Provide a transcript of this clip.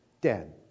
Dead